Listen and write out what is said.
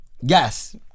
Yes